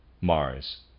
Mars